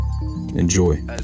Enjoy